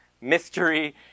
mystery